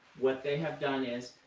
what they have done is,